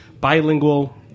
bilingual